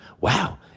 Wow